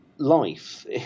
Life